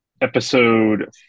episode